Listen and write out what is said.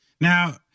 Now